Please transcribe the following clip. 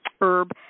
herb